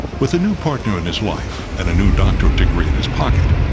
with a new partner in his life and a new doctorate degree in his pocket,